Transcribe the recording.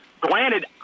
Granted